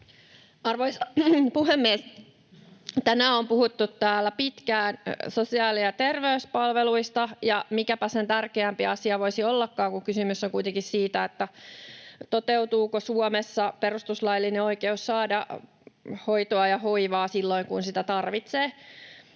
Arvoisa puhemies! Tänään on puhuttu täällä pitkään sosiaali- ja terveyspalveluista, ja mikäpä sen tärkeämpi asia voisi ollakaan, kun kysymys on kuitenkin siitä, toteutuuko Suomessa perustuslaillinen oikeus saada hoitoa ja hoivaa silloin, kun sitä tarvitsee.